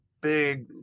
big